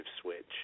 switch